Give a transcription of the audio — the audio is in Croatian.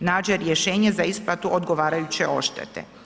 nađe rješenje za isplatu odgovarajuće odštete.